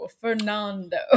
Fernando